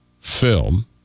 film